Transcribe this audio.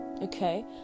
okay